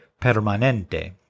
Permanente